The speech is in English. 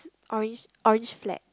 orange orange flats